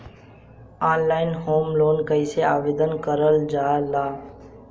Online home loan कैसे आवेदन करल जा ला?